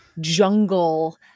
jungle